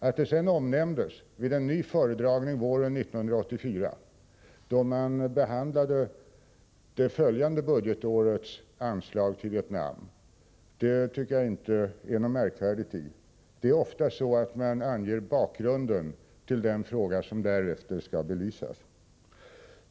Att detta sedan omnämndes vid en ny föredragning våren 1984, då frågan om det följande budgetårets anslag till Vietnam behandlades, tycker jag inte är någonting märkvärdigt. Det är ofta så, att man anger bakgrunden till den fråga som sedan skall belysas.